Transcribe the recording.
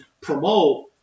promote